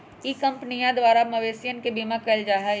ई कंपनीया द्वारा मवेशियन के बीमा कइल जाहई